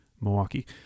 Milwaukee